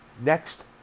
Next